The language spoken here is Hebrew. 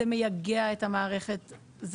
זה מייגע את המערכת,